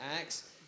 Acts